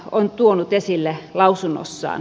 on tuonut esille lausunnossa